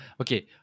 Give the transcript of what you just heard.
Okay